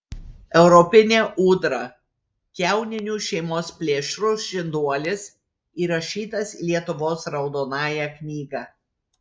europinė ūdra kiauninių šeimos plėšrus žinduolis įrašytas į lietuvos raudonąją knygą